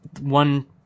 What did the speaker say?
one